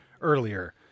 earlier